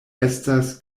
estas